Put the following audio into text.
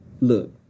Look